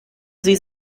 sie